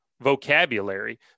vocabulary